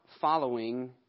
following